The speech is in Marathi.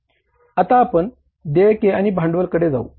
आता आपण देयक आणि भांडवलाकडे येऊ